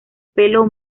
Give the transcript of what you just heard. pelo